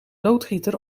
loodgieter